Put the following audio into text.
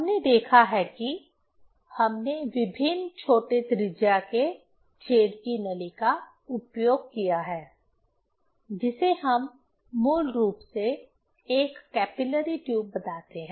हमने देखा है कि हमने विभिन्न छोटे त्रिज्या के छेद की नली का उपयोग किया है जिसे हम मूल रूप से एक कैपिलरी ट्यूब बताते हैं